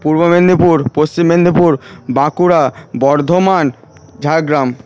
Purba Medinipur Paschim Medinipur Bankura Bardhaman Jhargram